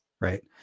Right